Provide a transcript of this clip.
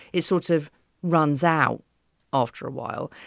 it sorts of runs out after a while.